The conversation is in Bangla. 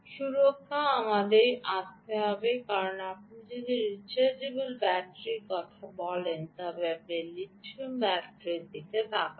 সুরক্ষা আমাদের আসতে হবে কারণ আপনি যদি রিচার্জেবল ব্যাটারির কথা বলছেন তবে আপনি লিথিয়াম ব্যাটারির দিকে তাকাচ্ছেন